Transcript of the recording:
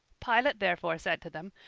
pilate therefore said to them,